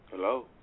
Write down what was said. Hello